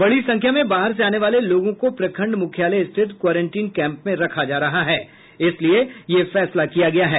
बड़ी संख्या में बाहर से आने वाले लोगों को प्रखंड मुख्यालय स्थित क्वारेंटीन कैम्प में रखा जा रहा है इसलिए यह फैसला किया गया है